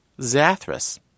Zathras